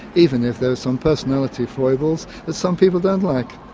even if there are some personality foibles that some people don't like.